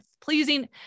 pleasing